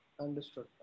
Understood